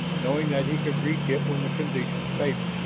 knowing that he could reach it when the conditions favored,